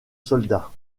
soldats